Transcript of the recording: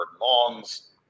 longs